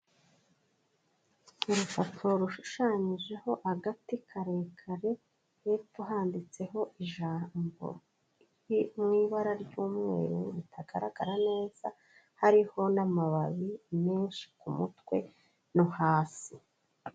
Urupapuro rushushanyijeho agati karekare, hepfo handitseho ijambo mu ibara ry'umweru ritagaragara neza, hariho n'amababi menshi ku mutwe no hasi.